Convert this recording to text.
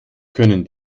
können